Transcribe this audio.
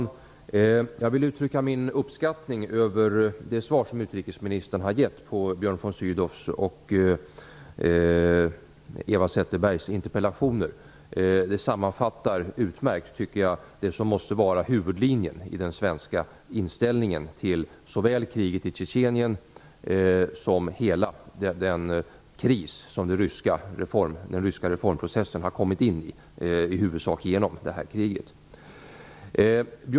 Herr talman! Jag vill uttrycka min uppskattning av det svar som utrikesministern har lämnat på Björn von Sydows och Eva Zetterbergs interpellationer. Det sammanfattar på ett utmärkt sätt, tycker jag, det som måste vara huvudlinjen i den svenska inställningen till såväl kriget i Tjetjenien som hela den kris som den ryska reformprocessen har kommit in i, i huvudsak genom det här kriget.